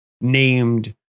named